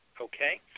okay